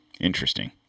Interesting